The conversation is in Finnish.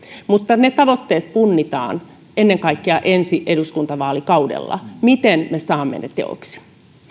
mutta ne tavoitteet punnitaan ennen kaikkea ensi eduskuntavaalikaudella miten me saamme ne teoiksi